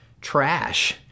trash